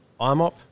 IMOP